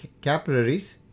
capillaries